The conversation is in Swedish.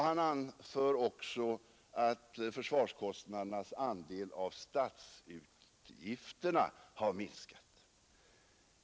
Han påpekar också att försvarskostnadernas andel av statsutgifterna har minskat.